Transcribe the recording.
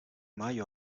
mayo